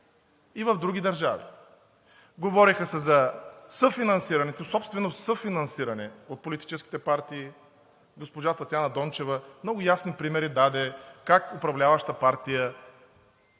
и в други държави. Говореше се за съфинансирането, собствено съфинансиране от политическите партии. Госпожа Татяна Дончева даде много ясни примери как управляваща партия